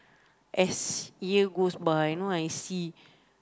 as year goes by you know I see